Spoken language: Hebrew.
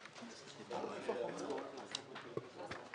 אתמול אמרתי, שלשום אמרתי, עוד פעם אני אומר.